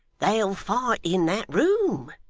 they'll fight in that room.